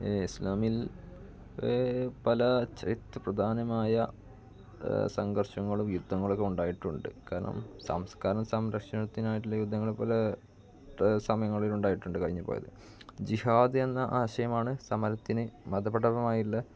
ഇസ്ലാമിൽ പല ചരിത്ര പ്രധാനമായ സംഘർഷങ്ങളും യുദ്ധങ്ങളൊക്കെ ഉണ്ടായിട്ടുണ്ട് കാരണം സംസ്കാരം സംരക്ഷണത്തിനായിട്ടുള്ള യുദ്ധങ്ങൾ പോലെ സമയങ്ങളിലുണ്ടായിട്ടുണ്ട് കഴിഞ്ഞതു പോലെ ജിഹാദ് എന്ന ആശയമാണ് സമരത്തിന് മതപഠന മായുള്ള